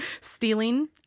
stealing